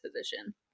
position